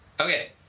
Okay